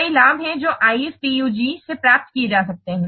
कई लाभ हैं जो IFPUG से प्राप्त किए जा सकते हैं